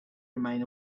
remain